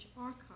archive